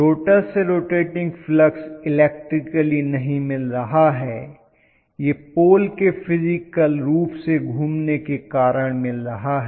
rotor से rotating flux electrically नहीं मिल रहा है यह पोल के फिजिकल रूप से घूमने के कारण मिल रहा है